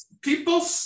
people